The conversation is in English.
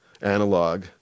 analog